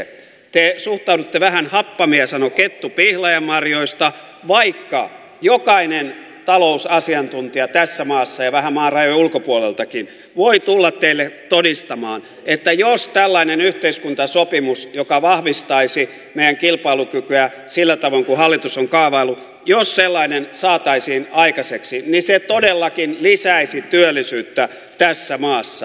te suhtaudutte niin että vähän happamia sanoi kettu pihlajanmarjoista vaikka jokainen talousasiantuntija tässä maassa ja vähän maan rajojen ulkopuoleltakin voi tulla teille todistamaan että jos tällainen yhteiskuntasopimus joka vahvistaisi meidän kilpailukykyä sillä tavoin kuin hallitus on kaavaillut saataisiin aikaiseksi niin se todellakin lisäisi työllisyyttä tässä maassa